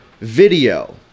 video